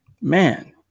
Man